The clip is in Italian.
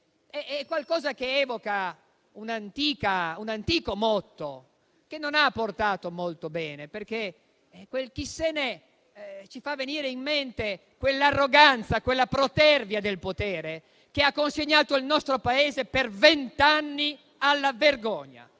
se ne..." che evoca un antico motto che non ha portato molto bene. Quel "chi se ne..." ci fa venire in mente quell'arroganza e quella protervia del potere che hanno consegnato il nostro Paese per vent'anni alla vergogna.